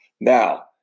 Now